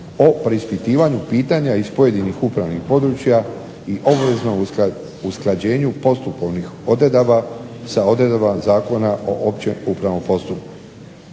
o preispitivanju pitanja iz pojedinih upravnih područja, i obveznom usklađenju postupovnih odredaba sa odredbama Zakona o općem upravnom postupku.